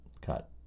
cut